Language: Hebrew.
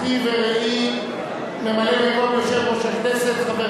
אחי ורעי ממלא-מקום יושב-ראש הכנסת חבר